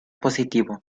positivo